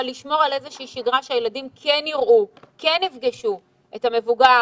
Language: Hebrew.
אבל לשמור על איזושהי שגרה שהילדים כן יראו ויפגשו את המבוגר,